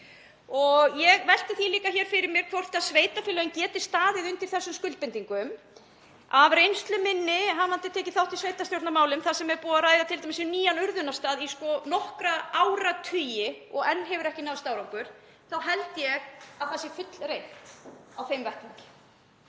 Ég velti því líka fyrir mér hvort sveitarfélögin geti staðið undir þessum skuldbindingum. Af reynslu minni, hafandi tekið þátt í sveitarstjórnarmálum þar sem er búið að ræða t.d. um nýjan urðunarstað í nokkra áratugi og enn hefur ekki náðst árangur, þá held ég að það sé fullreynt á þeim vettvangi.